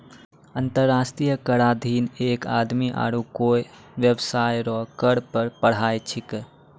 अंतर्राष्ट्रीय कराधीन एक आदमी आरू कोय बेबसाय रो कर पर पढ़ाय छैकै